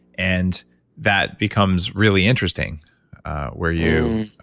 and that becomes really interesting where you